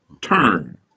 turn